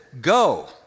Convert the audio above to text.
go